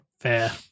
Fair